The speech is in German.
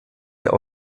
der